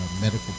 medical